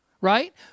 right